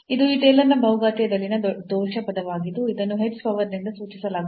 ಇದು ಈ ಟೇಲರ್ನ ಬಹುಘಾತೀಯದಲ್ಲಿನ ದೋಷ ಪದವಾಗಿದ್ದು ಇದನ್ನು h ಪವರ್ನಿಂದ ಸೂಚಿಸಲಾಗುತ್ತದೆ